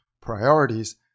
priorities